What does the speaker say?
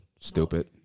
stupid